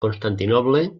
constantinoble